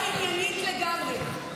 היא הייתה עניינית לגמרי.